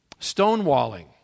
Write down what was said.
stonewalling